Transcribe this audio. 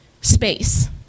space